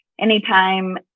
Anytime